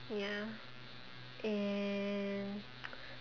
ya and